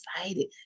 excited